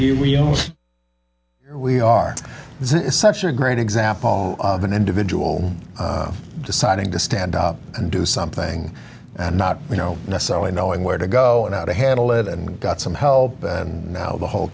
here we are we are such a great example of an individual deciding to stand up and do something and not you know necessarily knowing where to go and how to handle it and got some help and now the whole